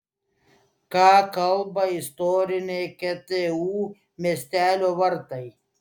ką kalba istoriniai ktu miestelio vartai